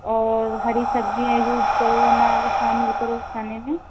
और हरी सब्जियाँ यूज करो अनार शामिल करो खाने में